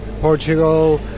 Portugal